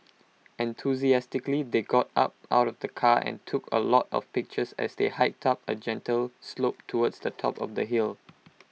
enthusiastically they got out out of the car and took A lot of pictures as they hiked up A gentle slope towards the top of the hill